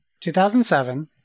2007